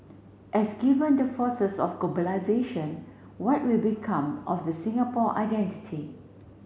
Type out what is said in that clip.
as given the forces of globalisation what will become of the Singapore identity